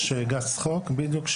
גז צחוק, בדיוק.